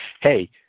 Hey